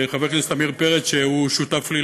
חבר הכנסת עמיר פרץ, שהוא שותף לי